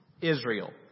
Israel